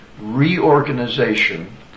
reorganization